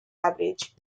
average